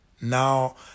Now